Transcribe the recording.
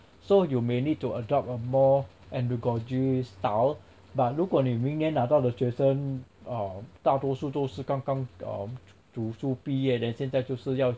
so you may need to adopt a more andragogy style but 如果你明年拿到的学生 um 大多数都是刚刚 um 读书毕业 then 现在就是要